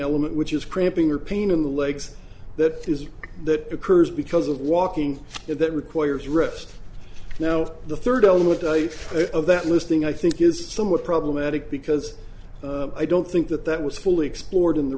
element which is cramping or pain in the legs that is that occurs because of walking and that requires rest now the third element of that listing i think is somewhat problematic because i don't think that that was fully explored in the